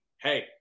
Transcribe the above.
Hey